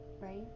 Right